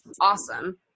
awesome